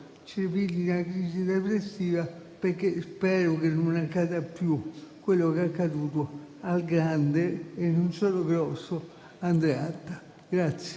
ci prenda una crisi depressiva, perché spero che non accada più quello che è accaduto al grande - e non solo grosso - Andreatta.